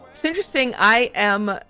it's interesting. i am.